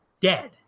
dead